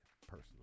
personally